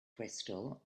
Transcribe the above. crystal